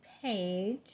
page